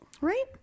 Right